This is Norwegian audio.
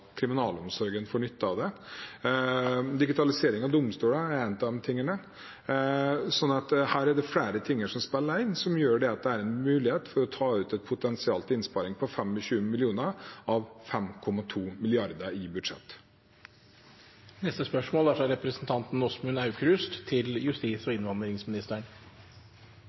kriminalomsorgen får nytte av det. Digitalisering av domstoler er en av de tingene. Her er det flere ting som spiller inn, som gjør at det er en mulighet for å ta ut en potensiell innsparing på 25 mill. kr av 5,2 mrd. kr i budsjett. «På grunn av kutt i kriminalomsorgen er det foreslått å legge ned kjøkkenet på Ila fengsel. Tjenesten skal sentraliseres, og